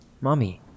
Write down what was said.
Mommy